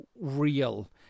real